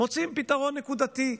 מוצאים פתרון נקודתי.